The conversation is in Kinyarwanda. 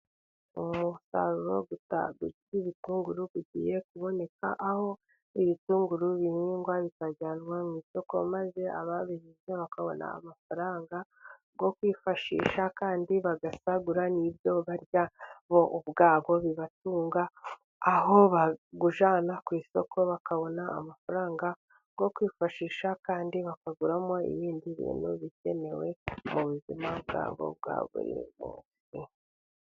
Umusaruro guta ibitunguru bigiye kuboneka, aho ibitunguru bihingwa bikajyanwa mu isoko, maze ababihinze bakabona amafaranga yo kwifashisha, kandi bagasagura n'i ibyo barya bo ubwabo bibatunga, aho bawujyana ku isoko bakabona amafaranga yo kwifashisha, kandi bakaguramo ibindi bintu bikenewe mu buzima bwabo bwa buri munsi.